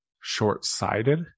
short-sighted